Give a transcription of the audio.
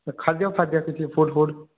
ସେ ଖାଦ୍ୟ ଫାଦ୍ୟ କିଛି ଫୁଡ଼୍ ଫୁଡ଼୍